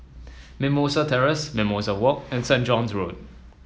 Mimosa Terrace Mimosa Walk and Saint John's Road